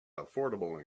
affordable